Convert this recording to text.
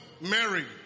Mary